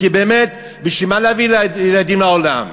כי באמת, בשביל מה להביא ילדים לעולם?